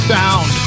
Sound